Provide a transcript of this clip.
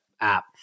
app